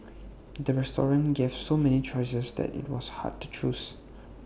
the restaurant gave so many choices that IT was hard to choose